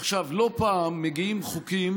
עכשיו, לא פעם מגיעים חוקים